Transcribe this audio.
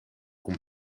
kon